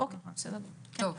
בסדר גמור.